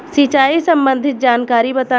सिंचाई संबंधित जानकारी बताई?